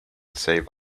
save